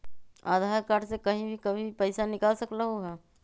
आधार card से कहीं भी कभी पईसा निकाल सकलहु ह?